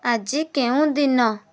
ଆଜି କେଉଁ ଦିନ